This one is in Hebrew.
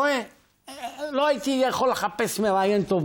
לאומי לתרומתה ולפועלה של העדה הדרוזית,